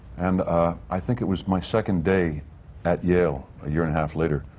and i think it was my second day at yale, a year and a half later,